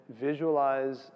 visualize